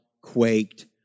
quaked